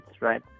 right